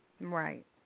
Right